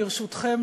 ברשותכם,